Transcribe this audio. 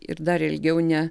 ir dar ilgiau ne